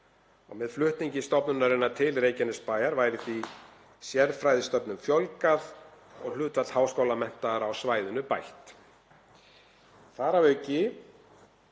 Með flutningi stofnunarinnar til Reykjanesbæjar væri því sérfræðistörfum fjölgað og hlutfall háskólamenntaðra á svæðinu bætt. Þar að auki